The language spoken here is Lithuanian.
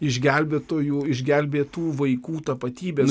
išgelbėtojų išgelbėtų vaikų tapatybės